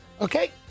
Okay